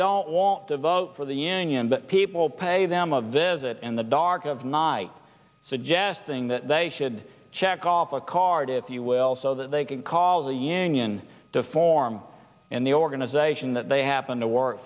don't want to vote for the anyone but people pay them of this is it in the dark of night suggesting that they should check off a card if you will so that they can call the union to form and the organization that they happen to work